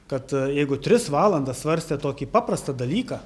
kad jeigu tris valandas svarstė tokį paprastą dalyką